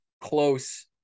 close